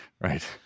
Right